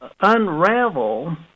unravel